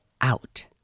out